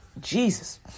Jesus